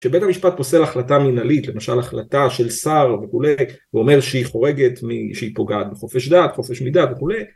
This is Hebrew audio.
שבית המשפט פוסל החלטה מנהלית, למשל החלטה של שר וכולי, ואומר שהיא חורגת, מ.. שהיא פוגעת בחופש דת, חופש מידע וכולי